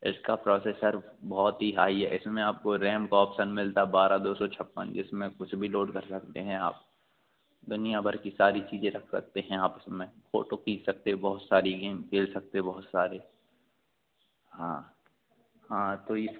इसका प्रॉसेसर बहुत ही हाई है इसमें आपको रैम का ऑप्शन मिलता है बारह दो सौ छप्पन जिसमें कुछ भी लोड कर सकते हैं आप दुनिया भर की सारी चीज़ें रख सकते हैं आप इसमें फोटो खींच सकते हो बहुत सारी गेम खेल सकते हो बहुत सारे हाँ हाँ तो यह